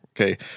Okay